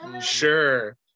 sure